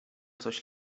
coś